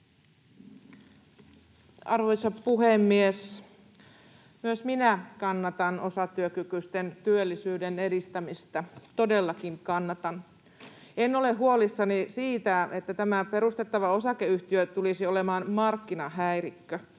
Arvoisa puhemies! Myös minä kannatan osatyökykyisten työllisyyden edistämistä — todellakin kannatan. En ole huolissani siitä, että tämä perustettava osakeyhtiö tulisi olemaan markkinahäirikkö.